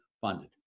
funded